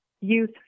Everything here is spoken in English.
youth